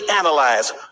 Analyze